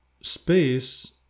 space